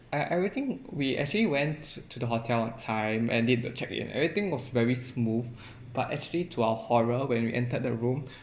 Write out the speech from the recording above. uh everything we actually went t~ to the hotel on time and did the check in everything was very smooth but actually to our horror when we entered the room